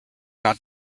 not